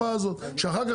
מבקש מכם